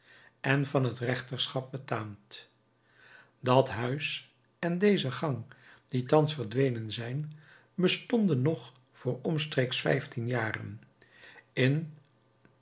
en van het rechterschap betaamt dat huis en deze gang die thans verdwenen zijn bestonden nog voor omstreeks vijftien jaren in